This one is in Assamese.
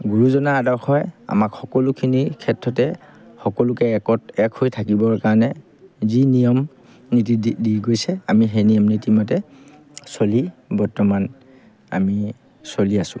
গুৰুজনাৰ আদৰ্শই আমাক সকলোখিনিৰ ক্ষেত্ৰতে সকলোকে একত এক হৈ থাকিবৰ কাৰণে যি নিয়ম নীতি দি গৈছে আমি সেই নিয়ম নীতি মতে চলি বৰ্তমান আমি চলি আছোঁ